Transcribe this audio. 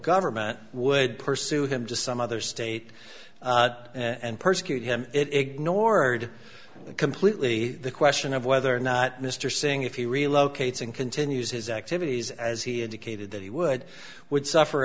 government would pursue him to some other state and persecute him it ignored completely the question of whether or not mr singh if you really love kates and continues his activities as he indicated that he would would suffer